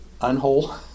unwhole